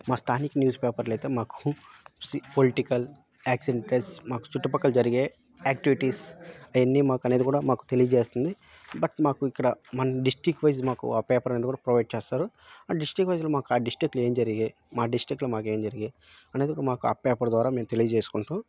మా స్థానిక న్యూస్పేపర్లు అయితే మాకు సి పొలిటికల్ యాక్సెంట్రెస్ మాకు చుట్టుపక్కల జరిగే యాక్టివిటీస్ అవ్వన్నీ మాకు అనేది కూడా మాకు తెలియచేస్తుంది బట్ మాకు ఇక్కడ మన డిస్ట్రిక్ట్ వైజస్ మాకు ఆ పేపర్ అనేది కూడా ప్రొవైడ్ చేస్తారు ఆ డిస్ట్రిక్ట్ వైజ్లో మాకు ఆ డిస్టిక్లో మాకు ఏమి జరిగాయి మా డిస్టిక్లో మాకు ఏమి జరిగాయి అనేది కూడా మాకు ఆ పేపర్ ద్వారా మేము తెలియచేసుకుంటాం